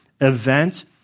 event